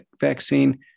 vaccine